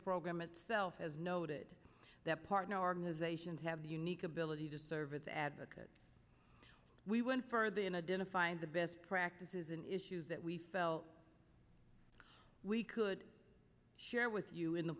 graham itself has noted that partner organizations have the unique ability to service advocate we went for the in a didn't find the best practices in issues that we felt we could share with you in the